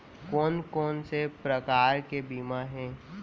कोन कोन से प्रकार के बीमा हे?